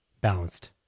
balanced